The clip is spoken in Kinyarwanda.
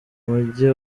mujyi